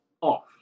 off